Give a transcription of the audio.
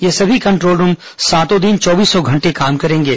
ये सभी control room सातों दिन चौबीसों घंटे काम करेंगे